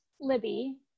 Libby